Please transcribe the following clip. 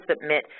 submit